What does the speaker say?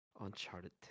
Uncharted